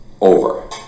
over